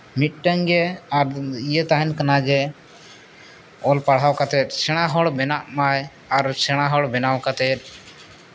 ᱢᱤᱫᱴᱟᱝᱜᱮ ᱟᱨ ᱤᱭᱟᱹ ᱛᱟᱦᱮᱱ ᱠᱟᱱᱟ ᱡᱮ ᱚᱞ ᱯᱟᱲᱦᱟᱣ ᱠᱟᱛᱮᱫ ᱥᱮᱬᱟ ᱦᱚᱲ ᱵᱮᱱᱟᱜ ᱢᱟᱭ ᱟᱨ ᱥᱮᱬᱟ ᱦᱚᱲ ᱵᱮᱱᱟᱣ ᱠᱟᱛᱮᱫ